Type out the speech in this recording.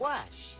Wash